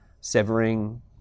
severing